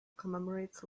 commemorates